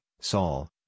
Saul